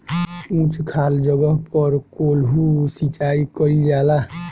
उच्च खाल जगह पर कोल्हू सिचाई कइल जाला